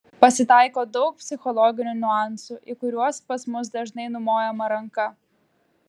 pasitaiko daug psichologinių niuansų į kuriuos pas mus dažnai numojama ranka